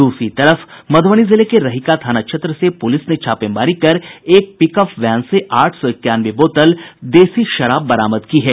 दूसरी तरफ मध्ुबनी जिले के रहिका थाना क्षेत्र से पुलिस ने छापेमारी कर एक पिकअप वैन से आठ सौ इक्यानवे बोतल देसी शराब बरामद की है